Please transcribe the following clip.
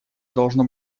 должно